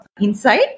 inside